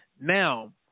Now